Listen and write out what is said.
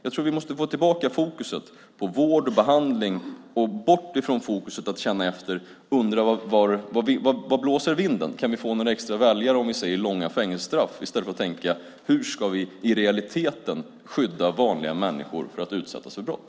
Jag tror att vi måste få tillbaka fokus på vård och behandling och komma bort från fokus på att känna efter vart vinden blåser, om man kan få extra väljare om man talar om långa fängelsestraff, i stället för att tänka hur vi i realiteten ska skydda vanliga människor från att utsättas för brott.